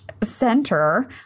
center